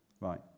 Right